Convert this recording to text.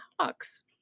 hawks